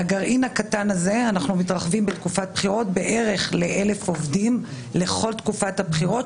מהגרעין הקטן הזה אנחנו מתרחבים בערך לאלף עובדים לכל תקופת הבחירות,